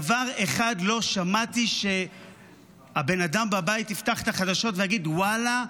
דבר אחד לא שמעתי שהבן אדם בבית יפתח את החדשות ויגיד: ואללה,